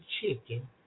chicken